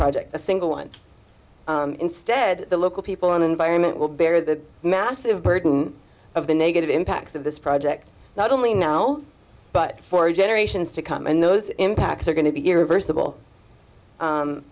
project a single one instead the local people on environment will bear the massive burden of the negative impacts of this project not only now but for generations to come and those impacts are going to be